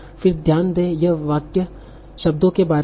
फिर ध्यान दें यह वाक्य शब्दों के बारे में है